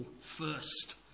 first